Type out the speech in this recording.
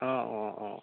অঁ অঁ অঁ